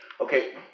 Okay